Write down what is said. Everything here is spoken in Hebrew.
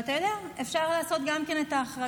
ואתה יודע, אפשר לעשות גם את ההחרגה.